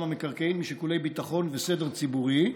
המקרקעין משיקולי ביטחון וסדר ציבורי.